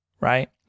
right